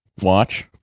watch